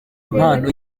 impano